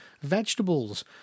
vegetables